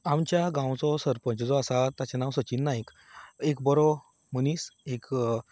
आमच्या गांवचो सरपंच जो आसा ताचें नांव सचिन नायक एक बरो मनीस एक